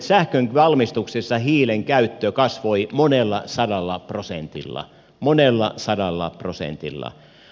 sähkön valmistuksessa hiilen käyttö kasvoi monella sadalla prosentilla monella sadalla prosentilla